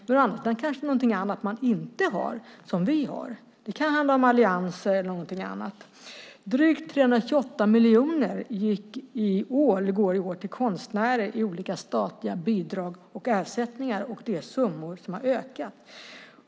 Men å andra sidan kanske det är någonting annat som man inte har som vi har. Det kan handla om allianser eller någonting annat. Drygt 328 miljoner går i år till konstnärer i olika statliga bidrag och ersättningar, och det är summor som har ökat.